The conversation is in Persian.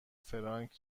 فرانک